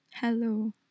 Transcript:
hello